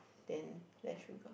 then less sugar